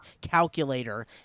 calculator